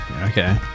Okay